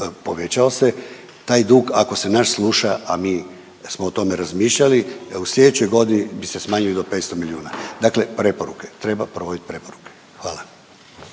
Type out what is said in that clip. povećao se taj dug, ako se nas sluša, a mi smo o tome razmišljali da u sljedećoj godini bi se smanjio do 500 milijuna. Dakle preporuke, treba provoditi preporuke. Hvala.